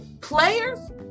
players